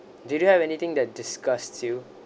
do you have anything that disgust you